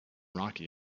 rocky